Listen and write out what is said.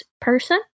person